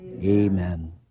Amen